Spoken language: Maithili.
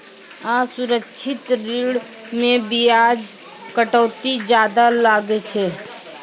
असुरक्षित ऋण मे बियाज कटौती जादा लागै छै